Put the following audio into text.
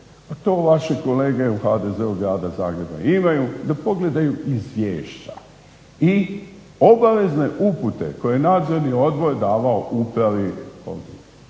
to vaši kolege HDZ-a iz Grada Zagreba imaju da pogledaju izvješća i obavezne upute koje je nadzorni odbor davao upravi Holdinga.